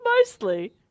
mostly